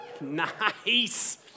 Nice